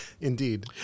Indeed